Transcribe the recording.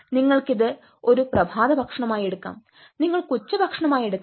നിങ്ങൾക്ക് ഇത് ഒരു പ്രഭാതഭക്ഷണമായി എടുക്കാം നിങ്ങൾക്ക് ഉച്ചഭക്ഷണമായി എടുക്കാം